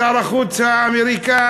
שר החוץ האמריקני,